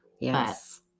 Yes